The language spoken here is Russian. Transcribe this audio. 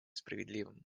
справедливым